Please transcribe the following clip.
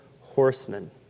horsemen